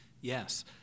Yes